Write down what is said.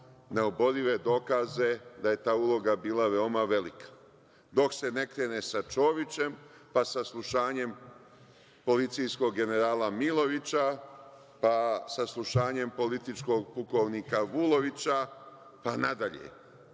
neoborive dokaze da je ta uloga bila veoma velika. Dok se ne krene sa Čovićem, pa saslušanjem policijskog generala Milovića, pa saslušanjem političkog pukovnika Vulovića, pa nadalje.